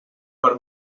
per